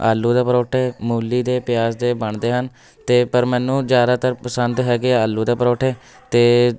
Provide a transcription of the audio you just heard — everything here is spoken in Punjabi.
ਆਲੂ ਦੇ ਪਰੌਂਠੇ ਮੂਲੀ ਦੇ ਪਿਆਜ਼ ਦੇ ਬਣਦੇ ਹਨ ਤੇ ਪਰ ਮੈਨੂੰ ਜ਼ਿਆਦਾਤਰ ਪਸੰਦ ਹੈਗੇ ਆਲੂ ਦੇ ਪਰੌਂਠੇ ਅਤੇ